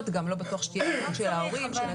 וגם לא בטוח שתהיה היענות של ההורים ושל התלמידים.